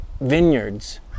vineyards